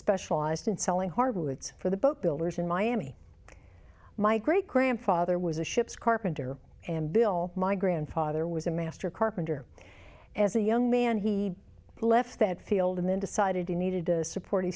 specialized in selling hardwoods for the boat builders in miami my great grandfather was a ship's carpenter and bill my grandfather was a master carpenter as a young man he left that field and then decided he needed to support